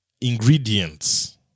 ingredients